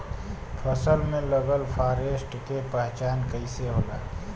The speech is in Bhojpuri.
फसल में लगल फारेस्ट के पहचान कइसे होला?